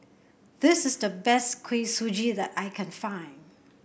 this is the best Kuih Suji that I can find